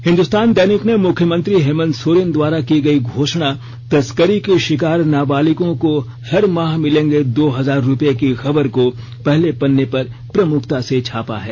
हिन्दुस्तान दैनिक ने मुख्यमंत्री हेमंत सोरेन द्वारा की गई घोषणा तस्करी की शिकार नाबालिगों को हर माह मिलेंगे दो हजार रूपये की खबर को पहले पन्ने पर प्रमुखता से छापा है